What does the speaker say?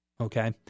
okay